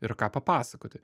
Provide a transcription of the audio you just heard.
ir ką papasakoti